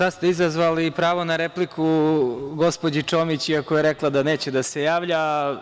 Sada ste izazvali i pravo na repliku gospođi Čomić, iako je rekla da neće da se javlja.